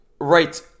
Right